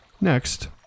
Next